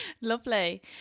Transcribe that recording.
Lovely